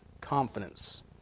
confidence